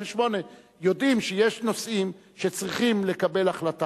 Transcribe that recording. יודעים שיש נושאים שצריכים לקבל החלטה